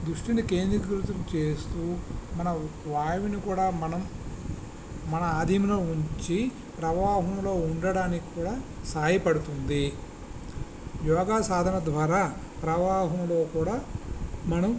దృష్టిని కేంద్రీకృతం చేస్తు మన వాయువుని కూడా మనం మన ఆధీనంలో ఉంచి ప్రవాహంలో ఉండడానికి కూడా సహాయ పడుతుంది యోగా సాధన ద్వారా ప్రవాహంలో కూడా మనం